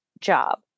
job